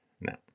No